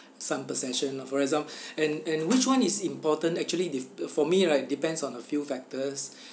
some possession lah for exam~ and and which one is important actually if for me right depends on a few factors